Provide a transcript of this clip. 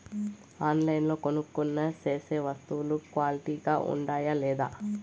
ఆన్లైన్లో కొనుక్కొనే సేసే వస్తువులు క్వాలిటీ గా ఉండాయా లేదా?